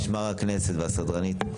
אפילו משמר הכנסת והסדרנים,